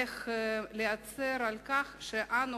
אך להצר על כך שאנחנו,